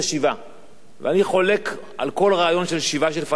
אני חולק על כל רעיון של שיבה של פלסטינים לארץ-ישראל,